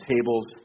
tables